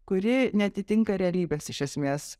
kuri neatitinka realybės iš esmės